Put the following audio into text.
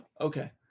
okay